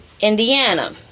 Indiana